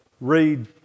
read